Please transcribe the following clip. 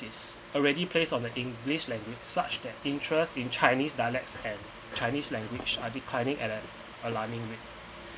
is already placed on the english language such that interest in chinese dialects and chinese language are declining at an alarming rate